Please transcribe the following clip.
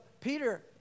Peter